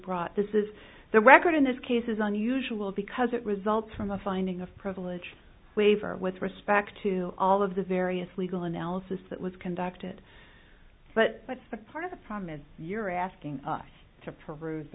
brought this is the record in this case is unusual because it results from a finding of privilege waiver with respect to all of the various legal analysis that was conducted but but but part of the problem is you're asking us to peruse